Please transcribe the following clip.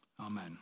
Amen